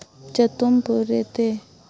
ᱪᱟᱛᱚᱢ ᱯᱚᱨᱮᱛᱮ